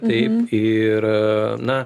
taip ir na